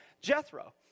Jethro